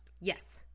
Yes